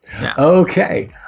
Okay